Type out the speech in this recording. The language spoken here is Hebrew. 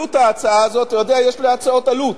עלות ההצעה הזאת, אתה יודע שיש להצעות עלות,